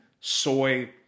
soy